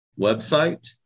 website